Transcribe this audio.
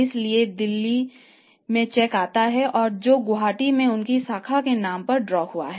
इसलिए दिल्ली से चेक आता है जो गुवाहाटी में उनकी शाखा के नाम पर ड्रॉ हुआ है